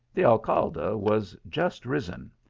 the alcalde was just risen,